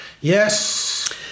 Yes